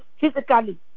physically